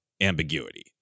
ambiguity